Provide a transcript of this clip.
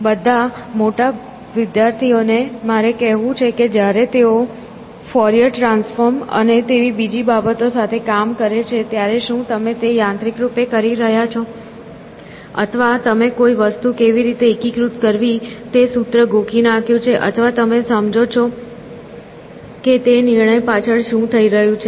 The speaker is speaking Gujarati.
બધા મોટા વિદ્યાર્થીઓ ને મારે કહેવું છે કે જ્યારે તેઓ ફોરિયર ટ્રાન્સફોર્મર્સ અને તેવી બીજી બાબતો સાથે કામ કરે છે ત્યારે શું તમે તે યાંત્રિક રૂપે કરી રહ્યાં છો અથવા તમે કોઈ વસ્તુ કેવી રીતે એકીકૃત કરવી તે સૂત્ર ગોખી નાખ્યું છે અથવા તમે સમજો છો કે તે નિર્ણય પાછળ શું થઈ રહ્યું છે